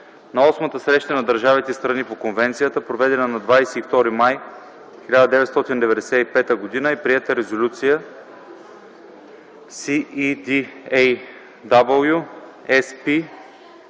На Осмата среща на държавите – страни по Конвенцията, проведена на 22 май 1995 г., е приета Резолюция